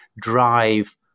drive